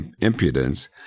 impudence